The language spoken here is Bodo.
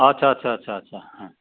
आटसा आटसा आटसा आटसा